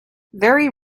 very